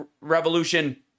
Revolution